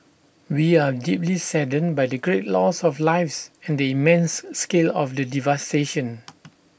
we are deeply saddened by the great loss of lives and the immense scale of the devastation